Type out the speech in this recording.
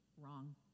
wrong